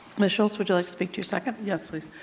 ms. schultz, would you like to speak to your second? yes, please.